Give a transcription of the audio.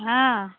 हाँ